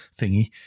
thingy